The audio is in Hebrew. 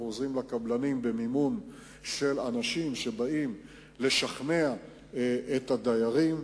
אנחנו עוזרים לקבלנים במימון אנשים שבאים לשכנע את הדיירים,